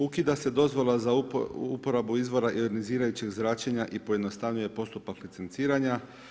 Ukida se dozvola za uporabu izvora ionizirajućeg zračenja i pojednostavljen je postupak licenciranja.